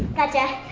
gotcha.